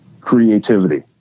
creativity